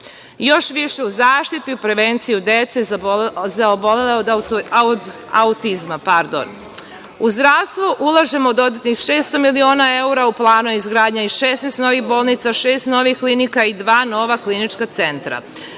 Još više u zaštitu i prevenciju dece za obolele od autizma.U zdravstvo ulažemo dodatnih 600 miliona evra. U planu je izgradnja i 16 novih bolnica, šest novih klinika i dva nova klinička centra.